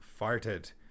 farted